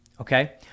okay